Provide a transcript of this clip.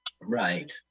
Right